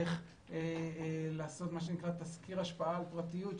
איך לעשות תסקיר השפעה על פרטיות,